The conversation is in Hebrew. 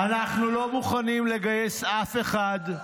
אנחנו לא מוכנים לגייס אף אחד,